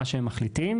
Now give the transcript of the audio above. מה שהם מחליטים.